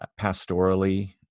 pastorally